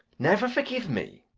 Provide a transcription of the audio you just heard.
never forgive me?